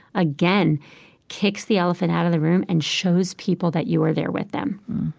again kicks the elephant out of the room and shows people that you are there with them